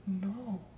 No